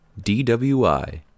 DWI